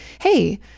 hey